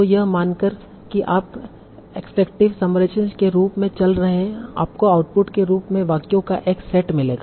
तो यह मानकर कि आप एक्स्ट्रेक्टिव समराइजेशन के रूप में चल रहे हैं आपको आउटपुट के रूप में वाक्यों का एक सेट मिलेगा